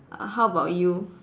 h~ how about you